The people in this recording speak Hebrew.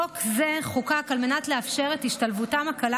חוק זה חוקק על מנת לאפשר את השתלבותם הקלה